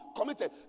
committed